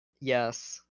Yes